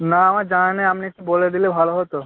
না আমার জানা নেই আপনি একটু বলে দিলে ভালো হতো